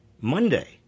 Monday